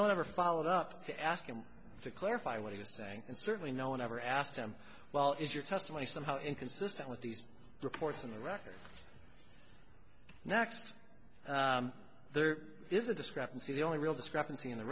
no one ever followed up to ask him to clarify what he was saying and certainly no one ever asked him well is your testimony somehow inconsistent with these reports in the record next there is a discrepancy the only real discrepancy in the